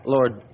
Lord